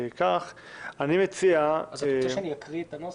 אתה רוצה שאני אקריא את הנוסח?